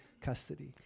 custody